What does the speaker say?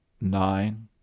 Nine